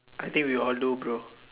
I think we all do bro